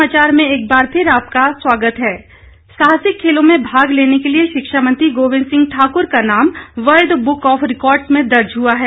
गोविंद ठाकुर साहसिक खेलों में भाग लेने के लिए शिक्षा मंत्री गोविंद सिंह ठाकुर का नाम वर्ल्ड बुक ऑफ रिकार्ड्स में दर्ज हुआ है